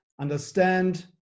understand